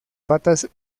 patas